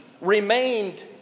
remained